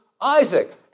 Isaac